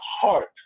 heart